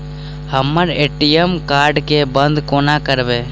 हम अप्पन ATM card केँ बंद कोना करेबै?